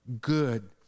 good